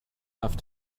have